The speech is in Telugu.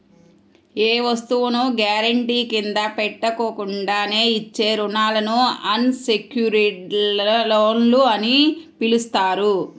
ఏ వస్తువును గ్యారెంటీ కింద పెట్టకుండానే ఇచ్చే రుణాలను అన్ సెక్యుర్డ్ లోన్లు అని పిలుస్తారు